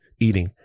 eating